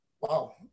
wow